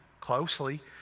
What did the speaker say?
closely